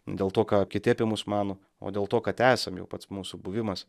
dėl to ką kiti apie mus mano o dėl to kad esam jau pats mūsų buvimas